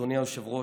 אדוני היושב-ראש,